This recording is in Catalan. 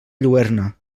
lluerna